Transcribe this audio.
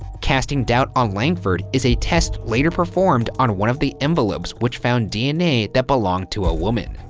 casting doubt on langford is a test later performed on one of the envelopes, which found dna that belonged to a woman.